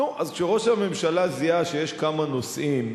נו, אז כשראש הממשלה זיהה שיש כמה נושאים,